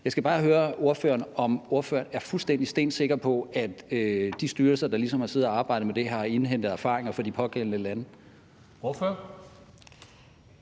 Jeg skal bare høre ordføreren, om ordføreren er fuldstændig stensikker på, at de styrelser, der ligesom har siddet og arbejdet med det, har indhentet erfaringer fra de pågældende lande.